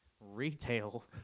Retail